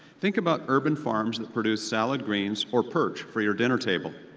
think about urban farms that produce salad greens or perch for your dinner table.